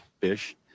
fish